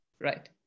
Right